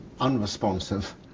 unresponsive